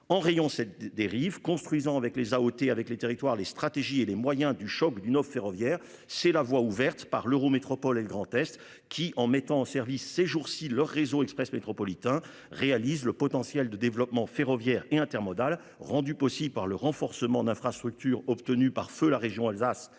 en rayon cette dérive construisant avec les a ôter avec les territoires, les stratégies et les moyens du choc du ferroviaire. C'est la voie ouverte par l'euro métropole et le Grand-Est qui en mettant en service ces jours-ci leur réseau Express métropolitain réalisent le potentiel de développement ferroviaire et intermodal rendue possible par le renforcement d'infrastructures obtenue par feu la région Alsace et